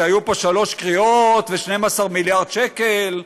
שהיו פה שלוש קריאות ו-12 מיליארד שקל,